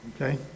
Okay